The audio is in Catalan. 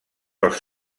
els